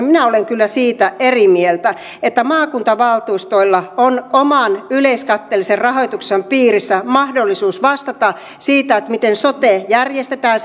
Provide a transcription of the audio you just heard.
minä olen kyllä siitä eri mieltä maakuntavaltuustoilla on oman yleiskatteellisen rahoituksen piirissä mahdollisuus vastata siitä miten sote järjestetään